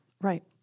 Right